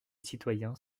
citoyens